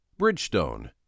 Bridgestone